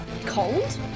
Cold